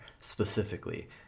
specifically